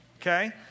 Okay